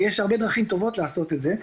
ויש הרבה דרכים טובות לעשות את זה,